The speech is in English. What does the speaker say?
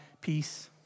peace